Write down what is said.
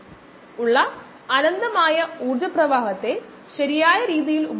അതിനാൽ അത് ഒരൊറ്റ വരിയായി മാറുന്നു